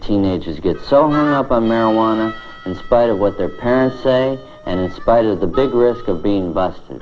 teenagers get so many up on now one in spite of what their parents say and spite of the big risk of being busted